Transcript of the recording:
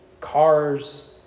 cars